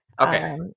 okay